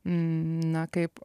na kaip